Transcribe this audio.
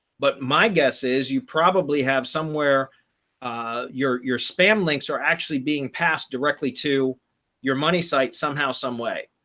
but my guess is you probably have somewhere ah your your spam links are actually being passed directly to your money site somehow some way,